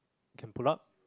can pull up